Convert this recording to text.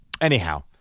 Anyhow